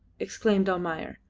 exclaimed almayer,